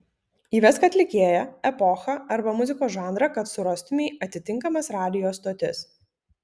įvesk atlikėją epochą arba muzikos žanrą kad surastumei atitinkamas radijo stotis